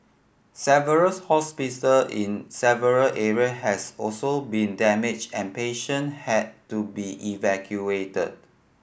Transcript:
several in several area has also been damaged and patient had to be evacuated